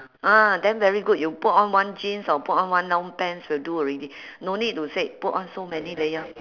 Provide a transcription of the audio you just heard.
ah then very good you put on one jeans or put on one long pants will do already no need to said put on so many layer